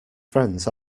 friends